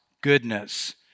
goodness